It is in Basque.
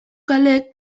kaleek